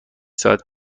ساعت